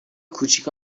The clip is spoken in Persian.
کوچیک